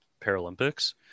paralympics